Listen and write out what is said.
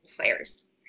players